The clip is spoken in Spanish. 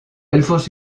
elfos